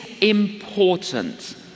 important